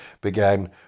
began